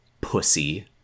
pussy